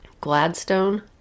Gladstone